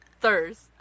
Thirst